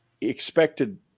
expected